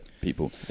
people